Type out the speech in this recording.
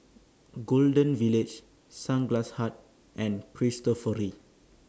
Golden Village Sunglass Hut and Cristofori